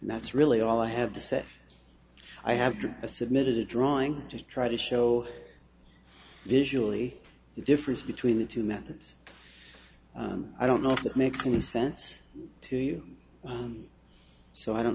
that's really all i have to say i have a submitted a drawing to try to show visually the difference between the two methods i don't know if that makes any sense to you so i don't